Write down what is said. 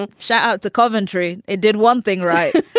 and shout out to coventry. it did one thing right.